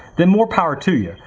then more power to ya.